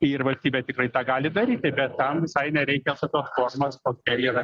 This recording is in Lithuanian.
ir valstybė tikrai tą gali daryti bet tam visai nereikia tokios formos kokia yra